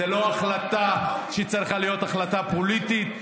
זו לא החלטה שצריכה להיות החלטה פוליטית.